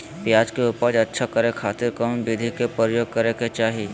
प्याज के उपज अच्छा करे खातिर कौन विधि के प्रयोग करे के चाही?